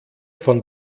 von